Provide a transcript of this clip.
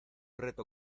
reto